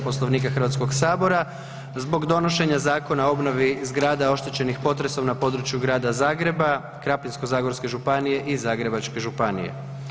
Poslovnika HS-a zbog donošenja Zakona o obnovi zgrada oštećenih potresom na području Grada Zagreba, Krapinsko-zagorske županije i Zagrebačke županije.